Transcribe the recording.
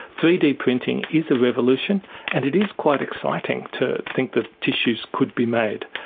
three d printing is a revolution and it is quite exciting to think that tissues could be made.